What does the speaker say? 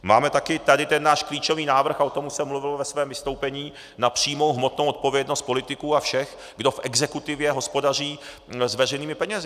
Máme tady také ten náš klíčový návrh o tom už jsem mluvil ve svém vystoupení na přímou hmotnou odpovědnost politiků a všech, kdo v exekutivě hospodaří s veřejnými penězi.